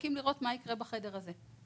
מחכים לראות מה יקרה בחדר הזה.